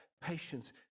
patience